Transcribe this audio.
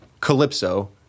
Calypso